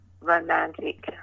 romantic